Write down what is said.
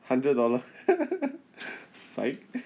hundred dollar sike